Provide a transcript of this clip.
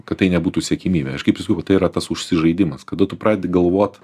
kad tai nebūtų siekiamybė aš kaip ir sakau kad tai yra tas užsižaidimas kada tu pradedi galvot